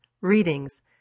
readings